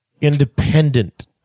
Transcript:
independent